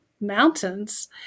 mountains